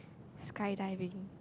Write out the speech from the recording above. skydiving